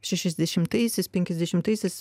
šešiasdešimtaisiais penkiasdešimtaisiais